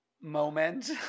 moment